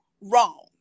wrong